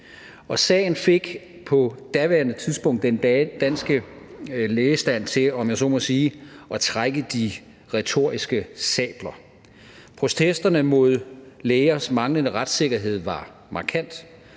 sagen fik på daværende tidspunkt den danske lægestand til, om jeg så må sige, at trække de retoriske sabler. Protesterne mod lægers manglende retssikkerhed var markant,